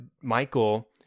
Michael